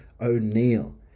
O'Neill